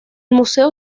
museo